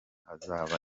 azaba